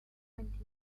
twenty